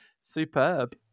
Superb